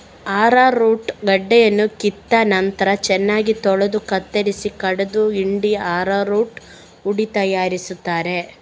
arrowroot ಗಡ್ಡೆಯನ್ನ ಕಿತ್ತ ನಂತ್ರ ಚೆನ್ನಾಗಿ ತೊಳೆದು ಕತ್ತರಿಸಿ ಕಡೆದು ಹಿಂಡಿ ಅರರೂಟ್ ಹುಡಿ ತಯಾರಿಸ್ತಾರೆ